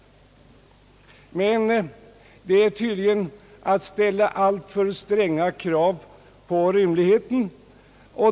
Men det är tydligen att ställa alltför stränga krav på rimligheten.